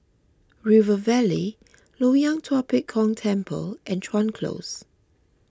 River Valley Loyang Tua Pek Kong Temple and Chuan Close